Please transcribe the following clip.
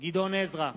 גדעון עזרא,